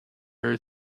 her